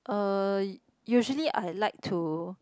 uh usually I like to